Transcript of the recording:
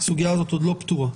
הסוגיה הזאת עוד לא פתורה.